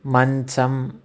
మంచం